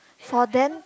for them